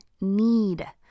need